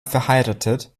verheiratet